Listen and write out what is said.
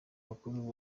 mukuru